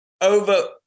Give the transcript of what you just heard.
over